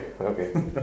okay